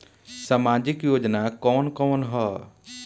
सामाजिक योजना कवन कवन ह?